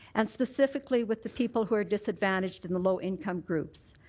and specifically with the people who are disadvantaged in the low income groups.